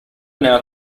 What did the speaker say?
now